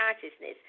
consciousness